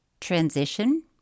transition